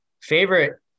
favorite